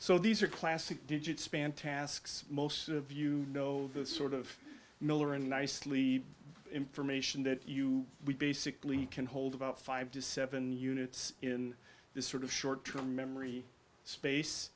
so these are classic digit span tasks most of you know the sort of millar and nicely information that we basically can hold about five to seven units in this sort of short term memory space